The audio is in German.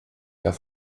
herr